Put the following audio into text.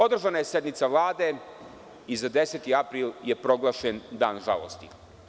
Održana je sednica Vlade i za 10. april je proglašen dan žalosti.